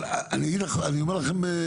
ואני אגיד לכם,